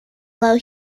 low